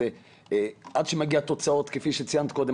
עד שמגיעות תוצאות כפי שציינת קודם,